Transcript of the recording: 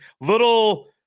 Little